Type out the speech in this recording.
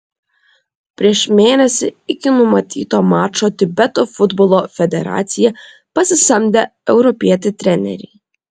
prieš mėnesį iki numatyto mačo tibeto futbolo federacija pasisamdė europietį trenerį